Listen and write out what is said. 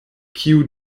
kiu